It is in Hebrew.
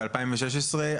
ב-2016,